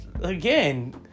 Again